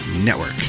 network